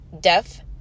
deaf